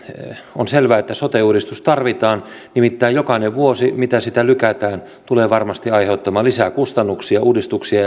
on selvää että sote uudistus tarvitaan nimittäin jokainen vuosi mitä sitä lykätään tulee varmasti aiheuttamaan lisäkustannuksia uudistuksia